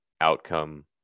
outcome